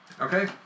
Okay